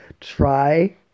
try